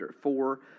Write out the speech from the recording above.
four